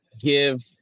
give